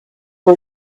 for